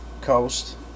Coast